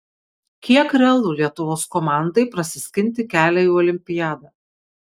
kiek realu lietuvos komandai prasiskinti kelią į olimpiadą